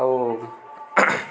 ଆଉ